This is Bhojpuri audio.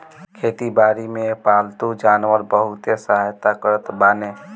खेती बारी में पालतू जानवर बहुते सहायता करत बाने